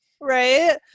right